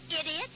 Idiot